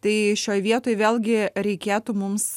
tai šioj vietoj vėlgi reikėtų mums